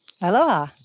Aloha